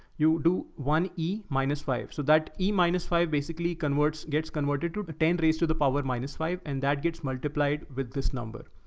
you do one e minus five. so that iii minus five, basically converts gets converted to ten raised to the power minus five. and that gets multiplied with this number,